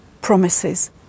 promises